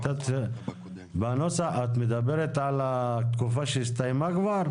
את מדברת על התקופה שכבר הסתיימה?